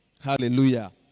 Hallelujah